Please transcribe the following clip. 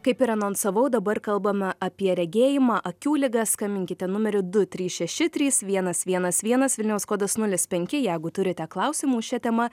kaip ir anonsavau dabar kalbame apie regėjimą akių ligas skambinkite numeriu du trys šeši trys vienas vienas vienas vilniaus kodas nulis penki jeigu turite klausimų šia tema